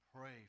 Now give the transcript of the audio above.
Pray